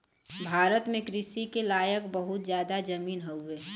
भारत में कृषि के लायक बहुत जादा जमीन हउवे